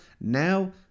now